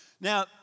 Now